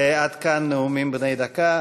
עד כאן נאומים בני דקה.